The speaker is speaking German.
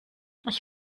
ich